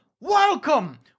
Welcome